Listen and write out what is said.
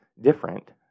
different